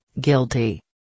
Guilty